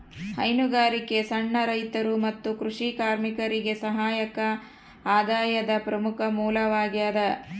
ಹೈನುಗಾರಿಕೆ ಸಣ್ಣ ರೈತರು ಮತ್ತು ಕೃಷಿ ಕಾರ್ಮಿಕರಿಗೆ ಸಹಾಯಕ ಆದಾಯದ ಪ್ರಮುಖ ಮೂಲವಾಗ್ಯದ